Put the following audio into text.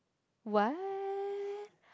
what